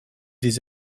des